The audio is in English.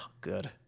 good